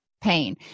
pain